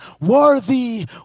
worthy